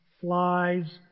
Flies